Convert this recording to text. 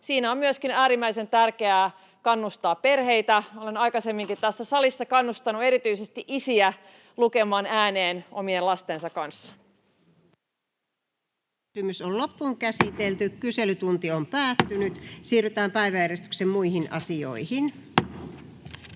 Siinä on myöskin äärimmäisen tärkeää kannustaa perheitä, ja olen aikaisemminkin tässä salissa kannustanut erityisesti isiä lukemaan ääneen omien lastensa kanssa. Päiväjärjestyksen 3. asiana